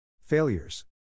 Failures